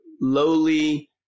lowly